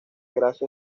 gracia